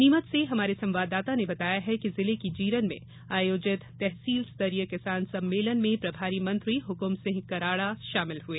नीमच से हमारे संवाददाता ने बताया है कि जिले की जीरन में आयोजित तहसीलस्तरीय किसान सम्मेलन में प्रभारी मंत्री हुकुमसिंह कराड़ा शामिल हुए